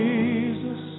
Jesus